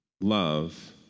love